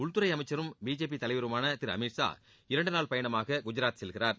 உள்துறை அமைச்சரும் பிஜேபி தலைவருமான திரு அமித் ஷா இரண்டு நாள் பயணமாக குஜாரத் செல்கிறார்